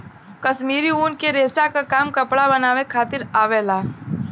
कश्मीरी ऊन के रेसा क काम कपड़ा बनावे खातिर आवला